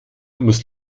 muss